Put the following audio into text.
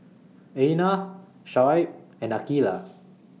Aina Shoaib and Aqeelah